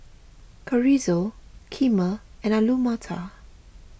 Chorizo Kheema and Alu Matar